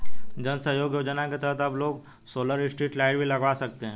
जन सहयोग योजना के तहत अब लोग सोलर स्ट्रीट लाइट भी लगवा सकते हैं